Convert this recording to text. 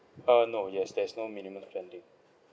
uh no yes there's no minimum spending